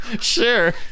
Sure